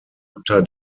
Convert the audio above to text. unter